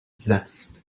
zest